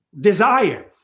desire